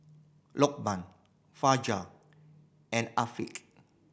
Lokman Fajar and Afiq